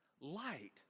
Light